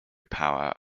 power